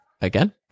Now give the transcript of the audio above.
again